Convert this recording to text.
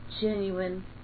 genuine